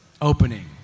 opening